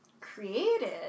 created